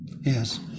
Yes